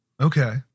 Okay